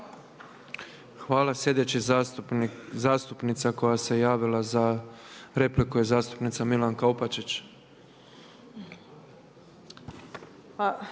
Hvala./… Hvala